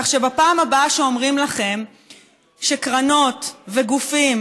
כך שבפעם הבאה שאומרים לכם שקרנות וגופים